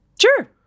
Sure